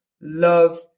love